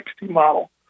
model